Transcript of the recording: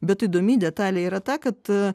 bet įdomi detalė yra ta kad